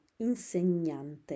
insegnante